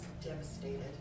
Devastated